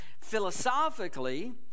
Philosophically